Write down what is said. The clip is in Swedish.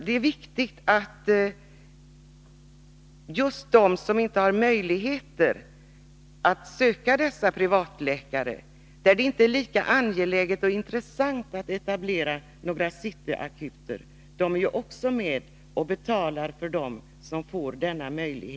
Det är viktigt att beakta att de som inte har möjligheter att söka dessa privatläkare, därför att de bor på platser där det inte framstår som lika intressant och angeläget att etablera någon city-akut, ändock måste vara med och betala för dem som får möjlighet att anlita en sådan.